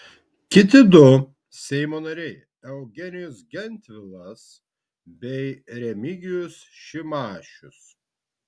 kiti du seimo nariai eugenijus gentvilas bei remigijus šimašius